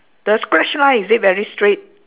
the scratch line is it very straight